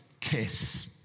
kiss